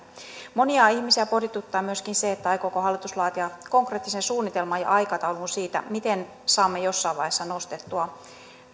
monia ihmisiä pohdituttaa myöskin se aikooko hallitus laatia konkreettisen suunnitelman ja aikataulun siitä miten saamme jossain vaiheessa nostettua